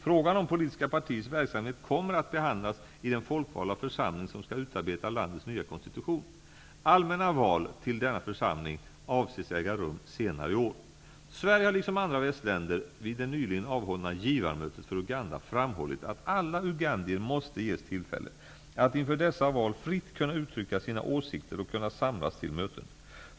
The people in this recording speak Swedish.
Frågan om politiska partiers verksamhet kommer att behandlas av den folkvalda församling som skall utarbeta landets nya konstitution. Allmäna val till denna församling avses äga rum senare i år. Sverige har liksom andra västländer vid det nyligen avhållna givarmötet för Uganda framhållit att alla ugandier måste ges tillfälle att inför dessa val fritt kunna uttrycka sina åsikter och kunna samlas till möten.